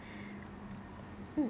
mm